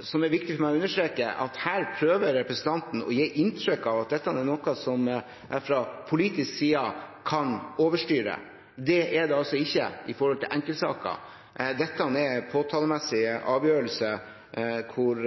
som det er viktig for meg å understreke – at her prøver representanten å gi inntrykk av at dette er noe som jeg fra politisk side kan overstyre. Slik er det ikke når det gjelder enkeltsaker. Dette er påtalemessige avgjørelser, hvor